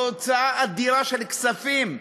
בהוצאה אדירה של כספים,